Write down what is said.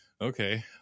okay